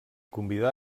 convidà